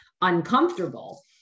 uncomfortable